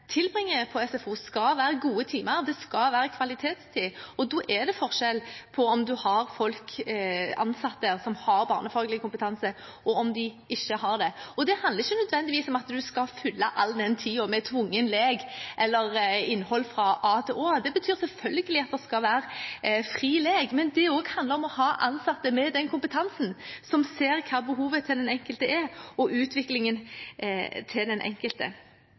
på SFO, skal være gode timer, det skal være kvalitetstid, og da er det forskjell på om man har ansatte som har barnefaglig kompetanse, og om de ikke har det. Det handler ikke nødvendigvis om at man skal fylle all den tiden med tvungen lek eller innhold fra A til Å, det betyr selvfølgelig at det skal være fri lek, men også det handler om å ha ansatte med den kompetansen, som ser hva behovet til den enkelte er, og utviklingen til den enkelte.